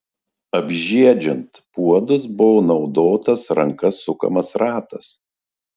apžiedžiant puodus buvo naudotas ranka sukamas ratas